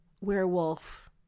werewolf